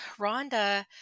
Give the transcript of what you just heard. Rhonda